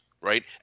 right